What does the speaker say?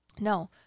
No